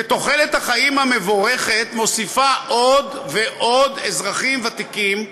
שתוחלת החיים המבורכת מוסיפה עוד ועוד אזרחים ותיקים,